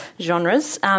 genres